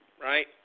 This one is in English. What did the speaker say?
Right